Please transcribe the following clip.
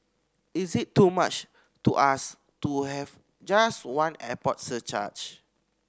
is it too much to ask to have just one airport surcharge